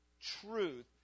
Truth